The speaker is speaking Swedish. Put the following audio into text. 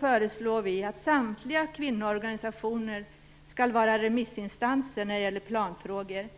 föreslås att samtliga kvinnoorganisationer skall vara remissinstanser när det gäller planfrågor.